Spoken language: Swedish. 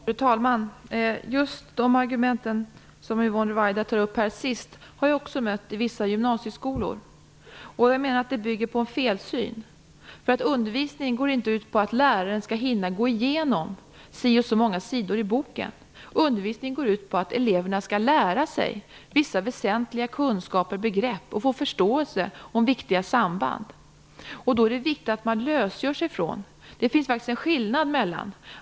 Fru talman! Just de argument som Yvonne Ruwaida sist tog upp har också jag mött på vissa gymnasieskolor. Jag menar att de bygger på en felsyn. Undervisningen går nämligen inte ut på att läraren skall hinna gå igenom si och så många sidor i en bok, utan undervisningen går ut på att eleverna skall inhämta vissa väsentliga kunskaper och begrepp och få förståelse om viktiga samband. Då är det viktigt att lösgöra sig. Det finns faktiskt en skillnad här.